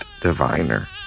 Diviner